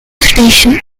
station